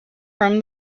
from